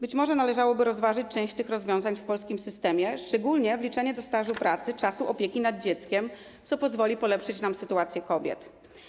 Być może należałoby rozważyć część tych rozwiązań w polskim systemie, szczególnie wliczenie do stażu pracy opieki nad dzieckiem, co pozwoli polepszyć nam sytuację kobiet.